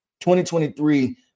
2023